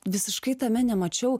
visiškai tame nemačiau